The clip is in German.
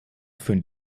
führen